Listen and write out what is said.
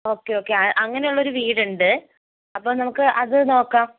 okay okay അങ്ങനെയുള്ള ഒരു വീടുണ്ട് അപ്പോൾ നമുക്ക് അത് നോക്കാം